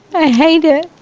i hate it,